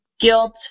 Guilt